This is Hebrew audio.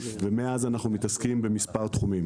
ומאז אנחנו מתעסקים במספר תחומים.